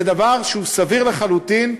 זה דבר שהוא סביר לחלוטין,